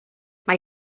mae